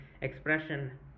expression